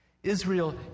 Israel